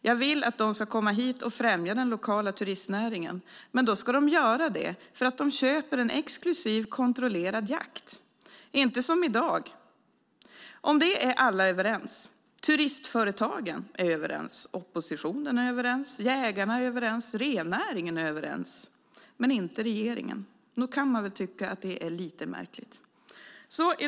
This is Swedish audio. Jag vill att de ska komma hit och främja den lokala turistnäringen men då för att de köper en exklusiv kontrollerad jakt, alltså inte som det i dag är. Om det är alla överens. Turistföretagen, oppositionen, jägarna och rennäringen är överens, men inte regeringen. Nog kan man väl tycka att det är lite märkligt.